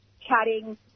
chatting